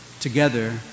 Together